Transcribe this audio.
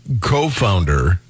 co-founder